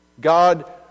God